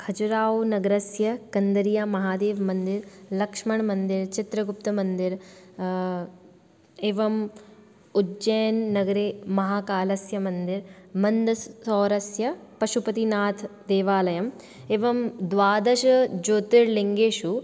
खजराव् नगरस्य कन्दरिया महादेवमन्दिरं लक्ष्मणमन्दिरं चित्रगुप्तमन्दिरम् एवम् उज्जैननगरे महाकालस्य मन्दिरं मन्दसोरस्य पशुपतिनाथदेवालयम् एवं द्वादशज्योतिर्लिङ्गेषु